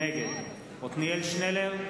נגד עתניאל שנלר,